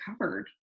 covered